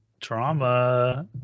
trauma